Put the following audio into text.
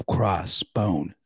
Crossbone